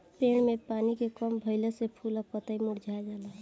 पेड़ में पानी के कम भईला से फूल आ पतई मुरझा जाला